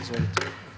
Izvolite.